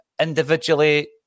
individually